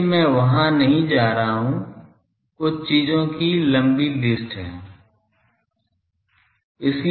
इसलिए मैं वहां नहीं जा रहा हूं कुछ चीजों की लंबी सूची है